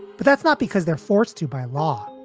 but that's not because they're forced to by law.